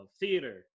theater